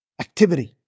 activity